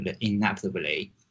inevitably